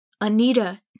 Anita